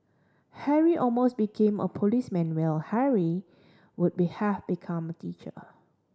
Harry almost became a policeman while Henry would be have become a teacher